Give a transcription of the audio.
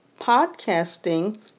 podcasting